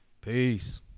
Peace